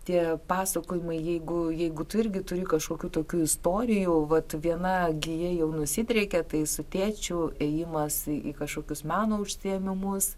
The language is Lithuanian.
tie pasakojimai jeigu jeigu tu irgi turi kažkokių tokių istorijų vat viena gija jau nusidriekė tai su tėčiu ėjimas į kažkokius meno užsiėmimus